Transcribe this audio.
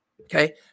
Okay